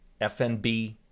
fnb